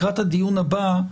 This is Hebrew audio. לקראת הדיון הבא,